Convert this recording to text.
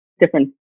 different